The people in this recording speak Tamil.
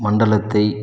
மண்டலத்தை